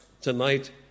tonight